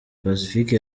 pacifique